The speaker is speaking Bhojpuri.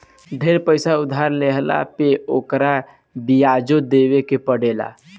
ढेर पईसा उधार लेहला पे ओकर बियाजो देवे के पड़ेला